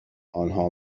آنها